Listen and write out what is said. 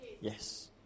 Yes